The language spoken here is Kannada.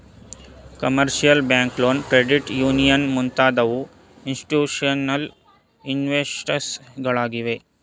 commercial bank loan, credit union ಮುಂತಾದವು ಇನ್ಸ್ತಿಟ್ಯೂಷನಲ್ ಇನ್ವೆಸ್ಟರ್ಸ್ ಗಳಾಗಿವೆ